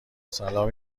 سلام